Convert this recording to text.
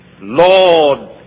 Lord